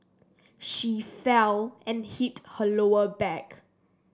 she fell and hit her lower back